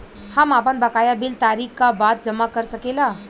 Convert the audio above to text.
हम आपन बकाया बिल तारीख क बाद जमा कर सकेला?